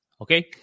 Okay